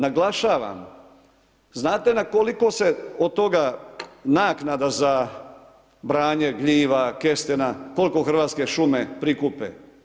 Naglašavam, znate na koliko se o toga naknada za branje gljiva, kestena, koliko Hrvatske šume prikupe?